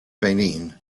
benin